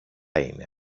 είναι